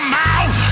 mouth